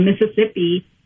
Mississippi